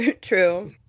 True